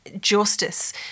justice